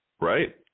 right